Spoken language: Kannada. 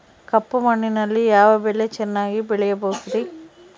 ಕಪ್ಪು ಮಣ್ಣಿನಲ್ಲಿ ಯಾವ ಬೆಳೆ ಚೆನ್ನಾಗಿ ಬೆಳೆಯಬಹುದ್ರಿ?